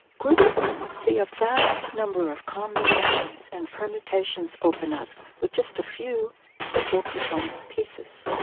group songs see a vast number of combinations and permutations open up with just a few simple component pieces.